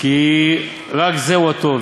כי רק זה הוא הטוב,